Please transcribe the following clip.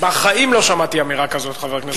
בחיים לא שמעתי אמירה כזאת, חבר הכנסת זחאלקה.